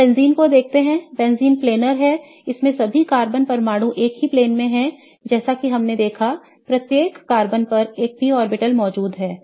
हम बेंजीन को देखते हैं बेंजीन प्लेनर है इसमें सभी कार्बन परमाणु एक ही प्लेन में हैं जैसा कि हमने देखा जबकि प्रत्येक कार्बन पर एक p ऑर्बिटल मौजूद है